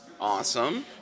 Awesome